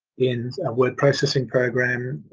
in a word processing program,